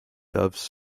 doves